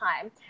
time